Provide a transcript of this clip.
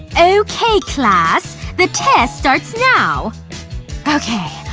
okay, class. the test starts now okay.